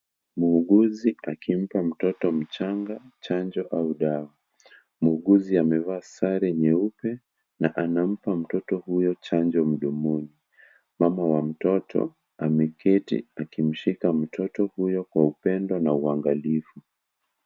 Muuguzi akimpa mtoto mchanga chanjo au dawa. Muuguzi amevaa sare nyeupe na anampa mtoto huyo chanjo mdomoni. Mama wa mtoto ameketi akimshika mtoto huyo kwa upendo na uangalifu.